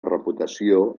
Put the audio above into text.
reputació